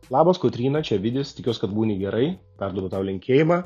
labas kotryna čia vidis tikiuos kad būni gerai perduodu tau linkėjimą